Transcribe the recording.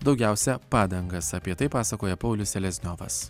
daugiausia padangas apie tai pasakoja paulius selezniovas